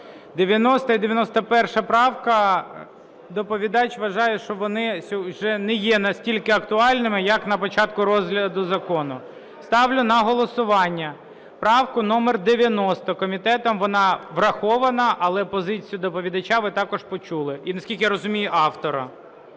90-а і 91 правка. Доповідач вважає, що вони вже не є настільки актуальними, як на початку розгляду закону. Ставлю на голосування правку номер 90. Комітетом вона врахована. Але позицію доповідача ви також почули і, наскільки я розумію, автора.